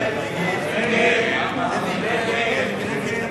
חנא סוייד ועפו אגבאריה,